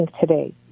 today